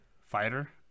fighter